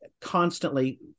constantly